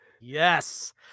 Yes